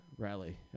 Rally